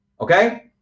Okay